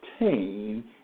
obtain